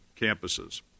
campuses